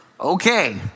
Okay